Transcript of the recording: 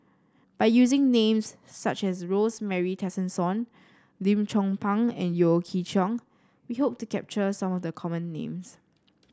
by using names such as Rosemary Tessensohn Lim Chong Pang and Yeo Chee Kiong we hope to capture some of the common names